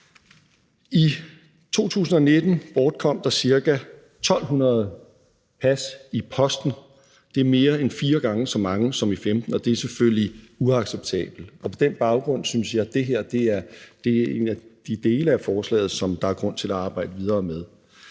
I 2019 bortkom der er ca. 1.200 pas i posten. Det er mere end fire gange så mange som i 2015; det er selvfølgelig uacceptabelt. Og på den baggrund synes jeg, at det her er en af de dele af forslaget, som der er grund til at arbejde videre med.